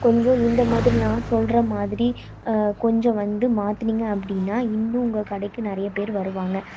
கொஞ்சம் இந்தமாதிரி நான் சொல்கிற மாதிரி கொஞ்சம் வந்து மாற்றுனீங்க அப்படினா இன்னும் உங்கள் கடைக்கு நிறைய பேர் வருவாங்க